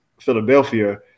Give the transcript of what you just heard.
Philadelphia